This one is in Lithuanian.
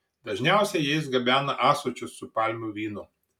dažniausiai jais gabena ąsočius su palmių vynu